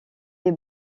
les